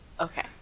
okay